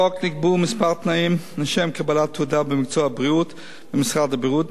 בחוק נקבעו תנאים מספר במקצוע הבריאות ממשרד הבריאות,